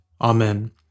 Amen